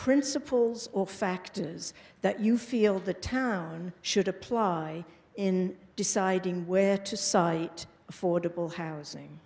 principles of factors that you feel the town should apply in deciding where to site affordable housing